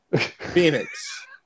Phoenix